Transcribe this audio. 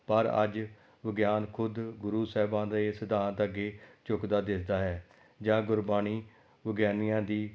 ਪਰ ਅੱਜ ਵਿਗਿਆਨ ਖੁਦ ਗੁਰੂ ਸਾਹਿਬਾਂ ਦੇ ਸਿਧਾਂਤ ਅੱਗੇ ਝੁਕਦਾ ਦਿਸਦਾ ਹੈ ਜਾਂ ਗੁਰਬਾਣੀ ਵਿਗਿਆਨੀਆਂ ਦੀ